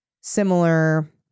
similar